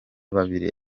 babiri